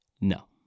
No